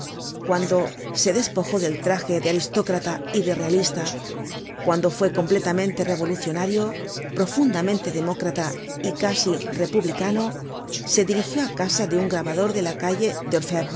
cuando se despojó del traje de aristócrata y de realista cuando fue completamente revolucionario profundamente demócrata y casi republicano se dirigió á casa de un grabador de la calle